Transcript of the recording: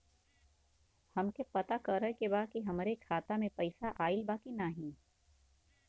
हमके पता करे के बा कि हमरे खाता में पैसा ऑइल बा कि ना?